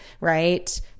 right